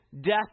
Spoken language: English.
death